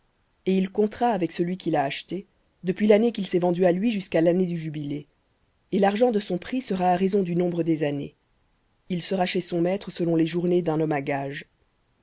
et il comptera avec celui qui l'a acheté depuis l'année qu'il s'est vendu à lui jusqu'à l'année du jubilé et l'argent de son prix sera à raison du nombre des années il sera chez son maître selon les journées d'un homme à gages